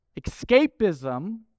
Escapism